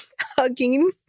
hugging